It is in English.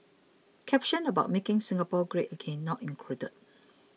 caption about making Singapore great again not included